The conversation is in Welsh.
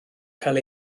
cael